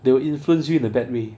they will influence you in a bad way